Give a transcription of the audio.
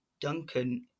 Duncan